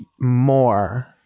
more